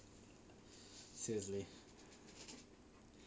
seriously